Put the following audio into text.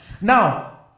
Now